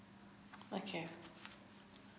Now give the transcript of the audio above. okay